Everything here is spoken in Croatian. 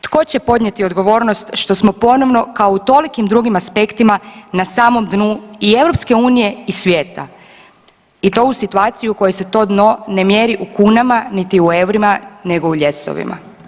Tko će podnijeti odgovornost što smo ponovno kao u tolikim drugim aspektima na samom dnu i EU i svijeta i to u situaciji u kojoj se to dno ne mjeri u kunama niti u EUR-ima nego u ljesovima?